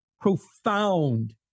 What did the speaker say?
profound